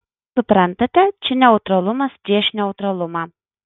suprantate čia neutralumas prieš neutralumą